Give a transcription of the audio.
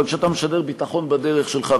אבל כשאתה משדר ביטחון בדרך שלך,